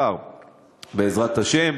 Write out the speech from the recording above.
בעזרת השם.